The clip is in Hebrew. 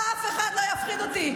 אף אחד לא יפחיד אותי.